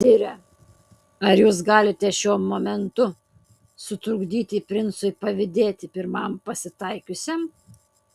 sire ar jūs galite šiuo momentu sutrukdyti princui pavydėti pirmam pasitaikiusiam